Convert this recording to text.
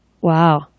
Wow